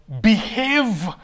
behave